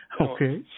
okay